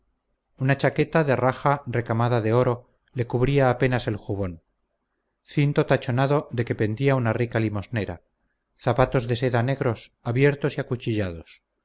una jaqueta de raja recamada de oro le cubría apenas el jubón cinto tachonado de que pendía una rica limosnera zapatos de seda negros abiertos y acuchillados